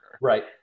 Right